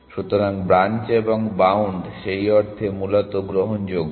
সুতরাং ব্রাঞ্চ এবং বাউন্ড সেই অর্থে মূলত গ্রহণযোগ্য